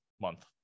month